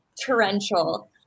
torrential